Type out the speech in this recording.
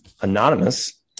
anonymous